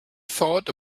thought